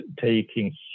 taking